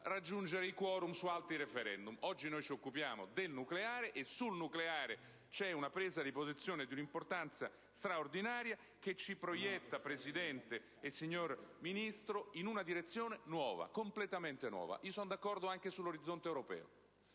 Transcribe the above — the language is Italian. raggiungere i *quorum* su altri *referendum*. Oggi ci occupiamo del nucleare, e su di esso c'è una presa di posizione di un'importanza straordinaria, che ci proietta, signor Presidente e signor Ministro, in una direzione nuova, completamente nuova. Sono d'accordo anche sull'orizzonte europeo.